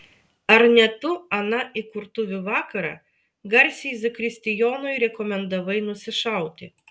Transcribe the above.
ar ne tu aną įkurtuvių vakarą garsiai zakristijonui rekomendavai nusišauti